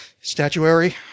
statuary